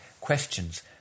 questions